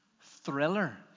Thriller